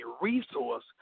resource